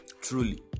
Truly